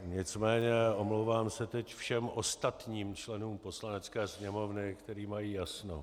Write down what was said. Nicméně omlouvám se teď všem ostatním členům Poslanecké sněmovny, kteří mají jasno.